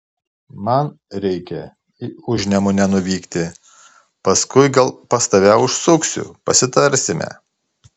man reikia į užnemunę nuvykti paskui gal pas tave užsuksiu pasitarsime